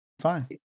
Fine